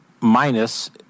minus